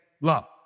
love